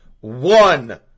one